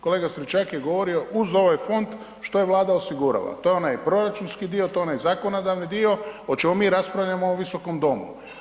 Kolega Stričak je govorio uz ovaj fond šta Vlada osigurava, to je onaj proračunski dio, to je onaj zakonodavni dio o čemu mi raspravljamo u ovom visokom domu.